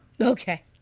Okay